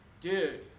Dude